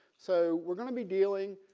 so we're gonna be dealing